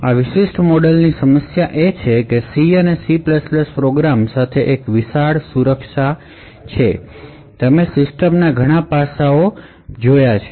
આ મોડેલની સમસ્યા એ છે કે Cઅને C પ્રોગ્રામ્સ સાથે એક મોટી સુરક્ષાને લગતી ચિંતા છે કે તમે સિસ્ટમના ઘણા પાસાઓ પ્રાપ્ત કરી શકો છો